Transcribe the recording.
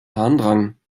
harndrang